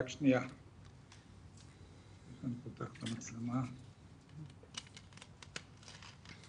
אני חושב שאנחנו עושים כל מאמץ עם האוצר